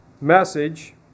message